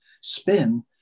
spin